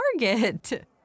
target